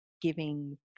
giving